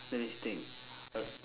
let me think err